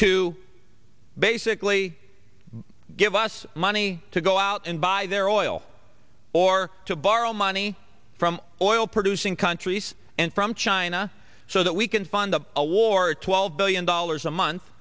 to basically give us money to go out and buy their oil or to borrow money from oil producing countries and from china so that we can fund the award twelve billion dollars a month